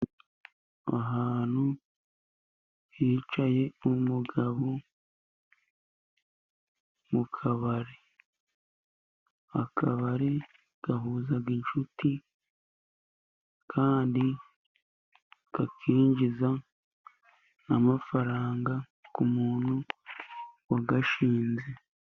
Ahantu hicaye umugabo mu kabari. Akabari gahuza inshuti，kandi kakinjiza n'amafaranga kumuntu wa gashinze.